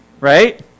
right